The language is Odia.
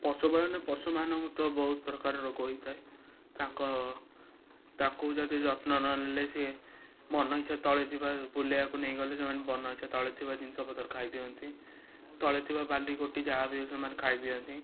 ପଶୁପାଳନ ପଶୁମାନଙ୍କୁ ତ ବହୁତ ପ୍ରକାର ରୋଗ ହୋଇଥାଏ ତାଙ୍କ ତାଙ୍କୁ ଯଦି ଯତ୍ନ ନ ନେଲେ ସିଏ ମନ ଇଚ୍ଛା ତଳେ ବୁଲେଇବାକୁ ନେଇଗଲେ ସେମାନେ ମନଇଚ୍ଛା ତଳେ ଥିବା ଜିନିଷପତ୍ର ଖାଇ ଦିଅନ୍ତି ତଳେ ଥିବା ବାଲି ଗୋଟି ଯାହା ବି ହଉ ସେମାନେ ଖାଇ ଦିଅନ୍ତି